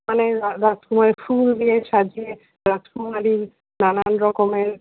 মানে রাজকুমারী ফুল দিয়ে সাজিয়ে রাজকুমারী নানান রকমের